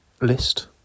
list